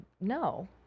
no